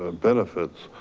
ah benefits.